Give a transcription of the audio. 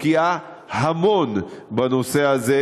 אבל המשטרה משקיעה המון בנושא הזה,